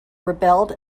rebelled